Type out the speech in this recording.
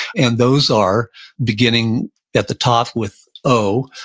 and those are beginning at the top with o,